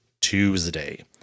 Tuesday